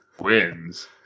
wins